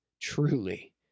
truly